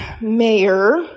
mayor